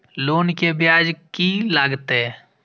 Loan के ब्याज की लागते?